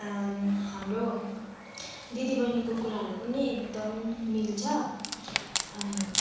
हाम्रो दिदी बहिनीको कुराहरू पनि एकदम मिल्छ अनि